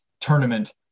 tournament